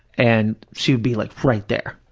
and she would be like right there,